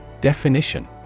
Definition